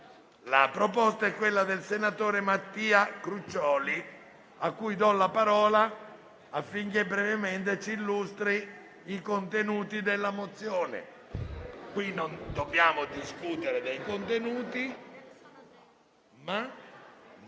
La proposta è stata avanzata dal senatore Crucioli, a cui do la parola affinché brevemente ci illustri i contenuti della mozione. Qui oggi non dobbiamo discutere dei suoi contenuti, ma